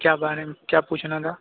کیا بارے میں کیا پوچھنا تھا